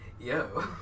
Yo